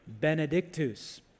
Benedictus